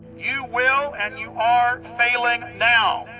you will and you are failing now.